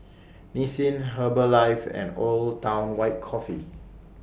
Nissin Herbalife and Old Town White Coffee